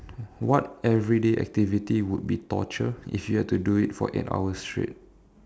what everyday activity would be torture if you have to do it eight hours straight